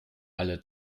alle